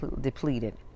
depleted